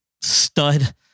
stud